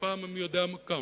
בפעם המי-יודע-כמה,